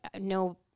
no